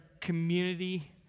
community